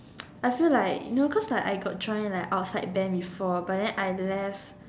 I feel like you know cause like I got join like outside band before but then I left